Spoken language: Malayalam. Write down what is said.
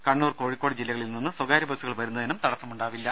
കണ്ണൂർ കോഴിക്കോട് ജില്ലകളിൽ നിന്ന് സ്വകാര്യ ബസ്സുകൾ വരുന്നതിനും തടസ്സമുണ്ടാവില്ല